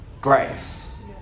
grace